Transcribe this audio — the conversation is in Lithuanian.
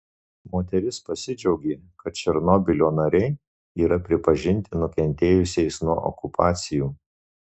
moteris pasidžiaugė kad černobylio nariai yra pripažinti nukentėjusiais nuo okupacijų